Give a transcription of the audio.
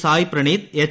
Sai Praneeth H